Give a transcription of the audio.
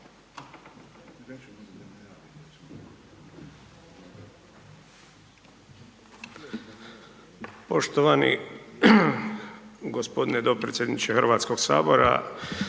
poštovani predsjedniče Hrvatskog sabora,